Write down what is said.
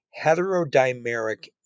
heterodimeric